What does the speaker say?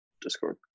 Discord